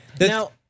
Now